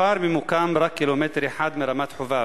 הכפר ממוקם רק קילומטר מרמת-חובב,